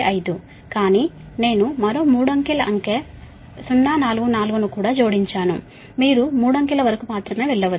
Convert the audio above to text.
415 కానీ నేను మరో మూడు అంకెల అంకె 044 ను కూడా కలిపాను మీరు 3 అంకెల వరకు మాత్రమే వెళ్ళవచ్చు